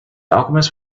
alchemist